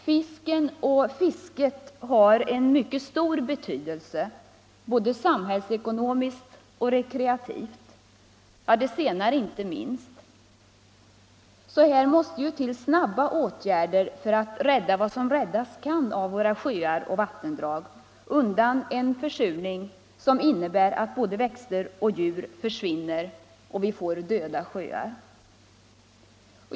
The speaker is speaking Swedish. Fisken och fisket har en mycket stor betydelse, både samhällsekonomiskt och rekreativt — det senare inte minst — så här måste det till snabba åtgärder för att rädda vad som räddas kan av våra sjöar och vattendrag undan en försurning, som innebär att både växter och djur försvinner och vi får döda sjöar.